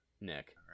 Nick